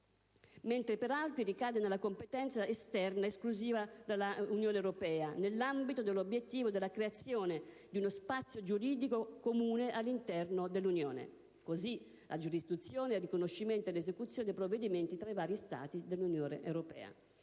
mentre per altri aspetti ricade nella competenza esterna esclusiva dell'UE nell'ambito dell'obiettivo della creazione di uno spazio giuridico comune all'interno dell'Unione (così la giurisdizione, il riconoscimento e l'esecuzione dei provvedimenti tra i vari Stati dell'UE);